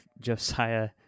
Josiah